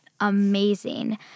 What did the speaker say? amazing